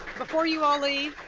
before you all leave,